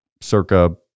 Circa